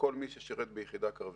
לכל מי ששירת ביחידה קרבית.